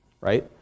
right